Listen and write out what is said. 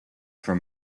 from